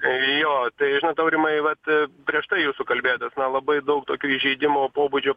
jo žinot aurimai vat prieš tai jūsų kalbėtojas na labai daug tokio įžeidimo pobūdžio